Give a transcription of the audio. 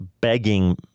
begging